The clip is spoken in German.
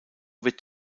wird